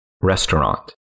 restaurant